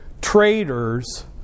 traders